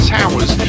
towers